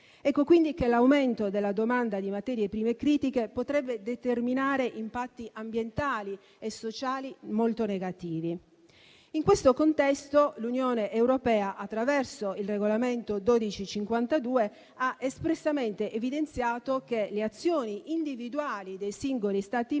ragioni, l'aumento della domanda di materie prime critiche potrebbe determinare impatti ambientali e sociali molto negativi. In questo contesto, l'Unione europea, attraverso il Regolamento n. 1252 del 2024, ha espressamente evidenziato che le azioni individuali dei singoli Stati